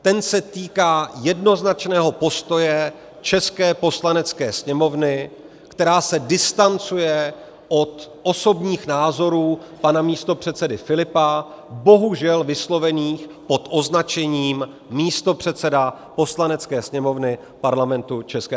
Ten se týká jednoznačného postoje české Poslanecké sněmovny, která se distancuje od osobních názorů pana místopředsedy Filipa, bohužel vyslovených pod označením místopředseda Poslanecké sněmovny Parlamentu ČR.